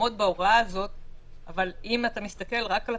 הוראה כללית והיא תופסת את כל המידע שעשוי